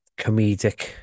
comedic